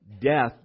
death